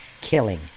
killing